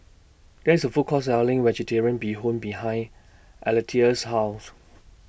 There IS A Food Court Selling Vegetarian Bee Hoon behind Alethea's House